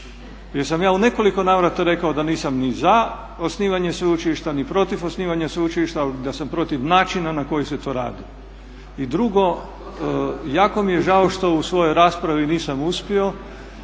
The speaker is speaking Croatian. Jer sam ja u nekoliko navrata rekao da nisam ni za osnivanje sveučilišta, ni protiv osnivanja sveučilišta ali da sam protiv načina na koji se to radi. I drugo, jako mi je žao što u svojoj raspravi nisam uspio,